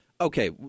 Okay